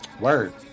Word